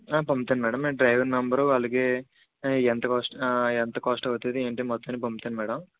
పంపుతాను madam and driver number అలాగే ఎంత కాస్ట్ ఎంత కాస్ట్ అవుతుంది ఏంటి మొత్తం నేను పంపుతాను మేడం